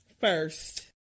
first